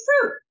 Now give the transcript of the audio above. fruit